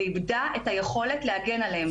ואיבדה את היכולת להגן עליהם.